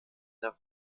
der